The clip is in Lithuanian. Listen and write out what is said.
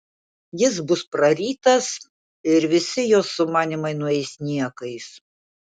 jis bus prarytas ir visi jos sumanymai nueis niekais